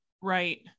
Right